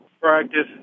practice